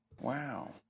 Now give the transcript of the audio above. Wow